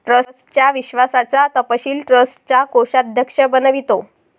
ट्रस्टच्या विश्वासाचा तपशील ट्रस्टचा कोषाध्यक्ष बनवितो